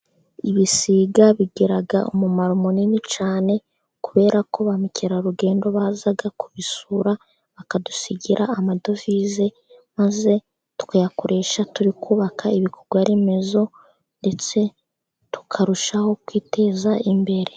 Ibisiga bigira umumaro munini cyane, kubera ko bamukerarugendo baza kubisura bakadusigira amadovize, maze tukayakoresha turi kubaka ibikorwa remezo, ndetse tukarushaho kwiteza imbere.